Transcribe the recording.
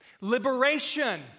liberation